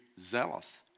zealous